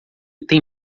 tem